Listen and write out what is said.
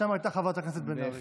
שם הייתה חברת הכנסת בן ארי.